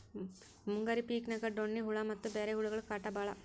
ಮುಂಗಾರಿ ಪಿಕಿನ್ಯಾಗ ಡೋಣ್ಣಿ ಹುಳಾ ಮತ್ತ ಬ್ಯಾರೆ ಹುಳಗಳ ಕಾಟ ಬಾಳ